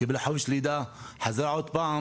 קיבלה חופשת לידה וחזרה שוב,